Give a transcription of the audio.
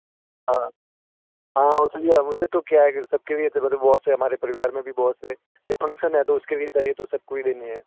हां हां इसीलिए मुझे तो क्या है कि सबके लिए तो बहुत से हमारे परिवार में भी बहुत से ये फ़ंक्शन है तो उसके लिए चाहिए तो सबको ही लेनी है